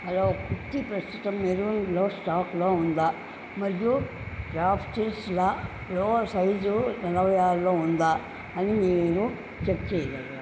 hello kurti ప్రస్తుతం మెరూన్లో స్టాక్లో ఉందా మరియు క్రాఫ్ట్స్విల్లా లో సైజు నలబై ఆరులో ఉందా అని మీరు చెక్ చెయ్యగలరా